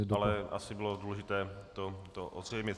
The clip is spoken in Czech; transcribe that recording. Ano, ale asi bylo důležité to ozřejmit.